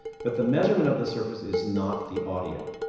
but the measurement of the surface is not the audio.